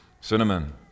cinnamon